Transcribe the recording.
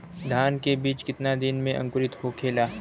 धान के बिज कितना दिन में अंकुरित होखेला?